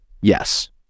yes